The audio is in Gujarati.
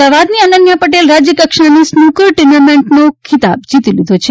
અમદાવાદની અનન્યા પટેલે રાજયકક્ષાની સ્નૂકર ટુર્નામેન્ટનો ખિતાબ જીતી લીધો છે